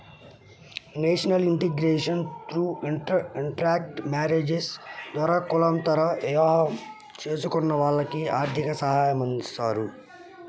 national integration through intercaste marriages ద్వారా కులాంతర వివాహం చేసుకున్న వాళ్లకి ఆర్థిక సాయమందిస్తారు